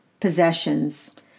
possessions